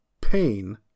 pain